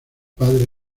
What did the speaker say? padre